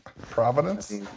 Providence